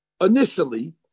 Initially